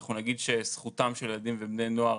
שאנחנו נגיד שזכותם של ילדים ובני נוער